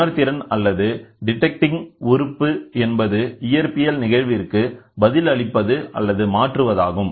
உணர்திறன் அல்லது டிட்டெக்டிங் உறுப்பு என்பது இயற்பியல் நிகழ்விற்கு பதில் அளிப்பது அல்லது மாற்றுவதாகும்